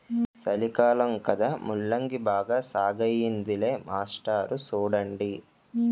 సలికాలం కదా ముల్లంగి బాగా సాగయ్యిందిలే మాస్టారు సూడండి